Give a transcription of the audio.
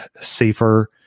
safer